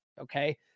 Okay